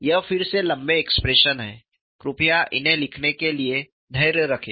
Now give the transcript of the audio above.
ये फिर से लंबे एक्सप्रेशन हैं कृपया इन्हें लिखने के लिए धैर्य रखें